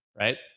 right